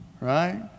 right